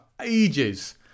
ages